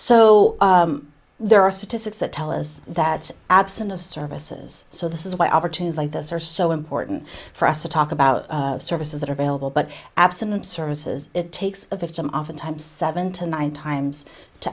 o there are statistics that tell us that absent of services so this is why opportunity like this are so important for us to talk about services that are available but absent services it takes a victim oftentimes seven to nine times to